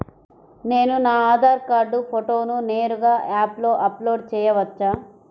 నేను నా ఆధార్ కార్డ్ ఫోటోను నేరుగా యాప్లో అప్లోడ్ చేయవచ్చా?